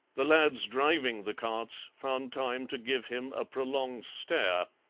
the lads driving the carts found time to give him a prolonged stare,